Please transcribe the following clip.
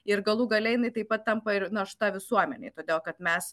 ir galų gale jinai taip pat tampa ir našta visuomenei todėl kad mes